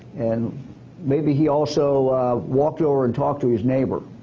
and maybe he also walked over and talked to his neighbor.